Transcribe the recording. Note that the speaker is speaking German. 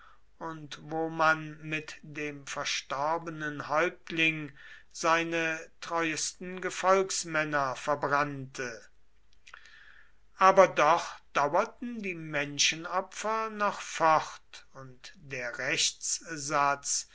und wo man mit dem verstorbenen häuptling seine treuesten gefolgsmänner verbrannte aber doch dauerten die menschenopfer noch fort und der rechtssatz